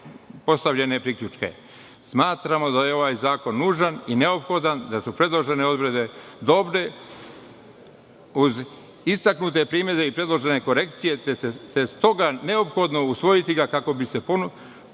postavljene priključke. Smatramo da je ovaj zakon nužan i neophodan, da su predložene odredbe dobre, uz istaknute primedbe i predložene korekcije, te ga je stoga neophodno usvojiti, kako bi se popunila